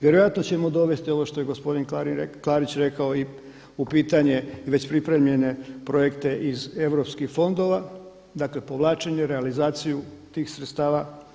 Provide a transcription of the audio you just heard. Vjerojatno ćemo dovesti ovo što je gospodin Klarić rekao i u pitanje već pripremljene projekte iz EU fondova, dakle povlačenje, realizaciju tih sredstava.